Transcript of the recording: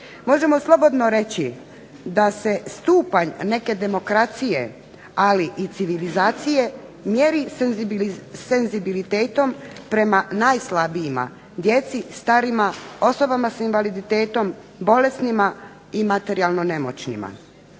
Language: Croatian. Možemo slobodno reći da se stupanj neke demokracije ali i civilizacije mjeri senzibilitetom prema najstarijima, djeci, starima, osobama s invaliditetom, bolesnima i materijalno nemoćnima.